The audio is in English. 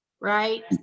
right